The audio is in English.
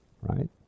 Right